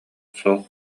суох